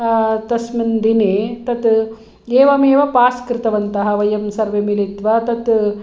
तस्मिन् दिने तत् एवमेव पास् कृतवन्तः वयं सर्वे मिलित्वा तत्